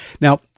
Now